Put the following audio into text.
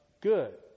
good